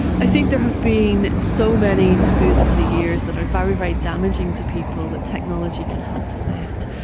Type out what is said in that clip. i think there have been so many taboos over the years that are very, very damaging to people that technology can help to lift.